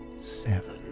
seven